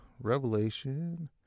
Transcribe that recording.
Revelation